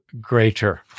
greater